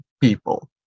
people